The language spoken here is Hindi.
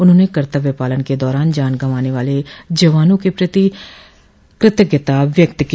उन्होंने कर्तव्य पालन के दौरान जान गंवाने वाले जवाना के परिवारों के प्रति कृतज्ञता व्यक्त की